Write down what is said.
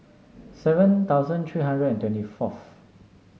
seven thousand three hundred and twenty fourth